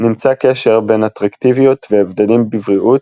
נמצא קשר בין אטרקטיביות והבדלים בבריאות,